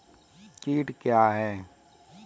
कीट क्या है?